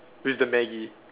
with the Maggi